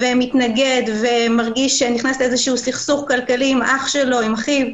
מתנגד ומרגיש שנכנס סכסוך כלכלי עם אחיו.